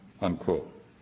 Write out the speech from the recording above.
unquote